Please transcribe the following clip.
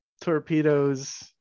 torpedoes